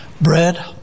bread